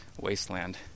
wasteland